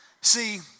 See